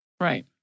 Right